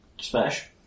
Smash